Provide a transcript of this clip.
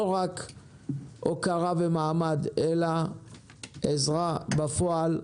לא רק הוקרה ומעמד אלא עזרה בפועל,